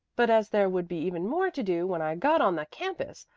but as there would be even more to do when i got on the campus,